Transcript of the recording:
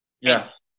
yes